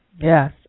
Yes